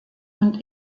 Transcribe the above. und